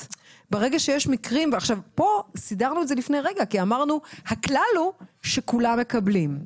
כאן סידרנו את זה לפני רגע כי אמרנו שהכלל הוא כולם מקבלים,